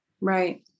Right